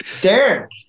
Derek